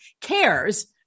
cares